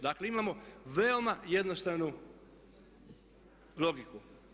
Dakle, imamo veoma jednostavnu logiku.